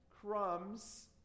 crumbs